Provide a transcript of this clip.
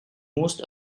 most